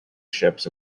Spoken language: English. ships